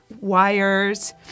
wires